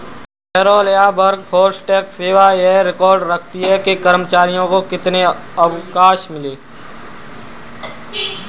payroll या workforce tax सेवा यह रिकॉर्ड रखती है कि कर्मचारियों को कितने अवकाश मिले